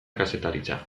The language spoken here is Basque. kazetaritza